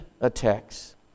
attacks